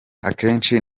akenshi